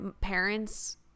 parents